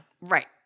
Right